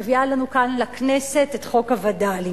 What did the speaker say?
מביאה לנו כאן לכנסת את חוק הווד”לים.